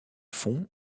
fond